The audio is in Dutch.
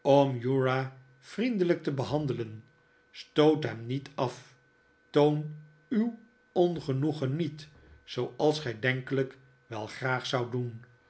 vriendelijk te behandelen stoot hem niet af toon uw ongenoegen niet zooals gij denkelijk wel graag zoudt doen